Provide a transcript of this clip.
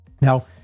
Now